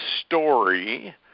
story